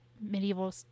medieval